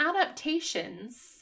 adaptations